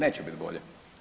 Neće biti bolje.